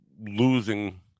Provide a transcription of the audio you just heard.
losing